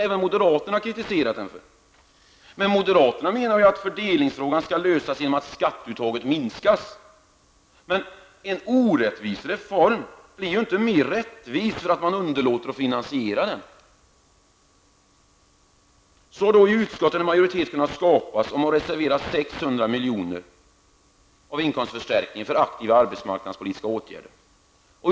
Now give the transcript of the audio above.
Även moderaterna har kritiserat omläggningen för detta. Moderaterna menar dock att fördelningsfrågan skall lösas genom att skatteuttaget minskas. Men en orättvis reform blir inte rättvisare för att man underlåter att finansiera den. I utskottet har en majoritet kunnat skapas om att reservera 600 milj.kr. av inkomstförstärkningen för aktiva arbetsmarknadspolitiska åtgärder.